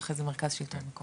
ואחרי זה מרכז שלטון מקומי.